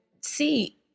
see